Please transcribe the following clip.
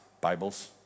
Bibles